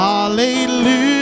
Hallelujah